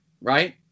right